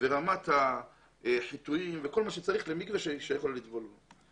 ורמת החיטויים וכל מה שצריך למקווה שאפשר לטבול בו.